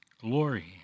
glory